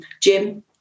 Jim